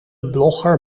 blogger